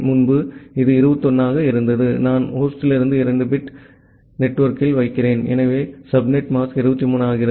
முன்பு இது 21 ஆக இருந்தது நான் ஹோஸ்டிலிருந்து 2 பிட் எடுத்து நெட்வொர்க்கில் வைக்கிறேன் எனவே சப்நெட் மாஸ்க் 23 ஆகிறது